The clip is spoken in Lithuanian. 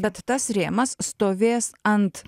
bet tas rėmas stovės ant